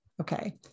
Okay